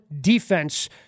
defense